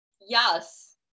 Yes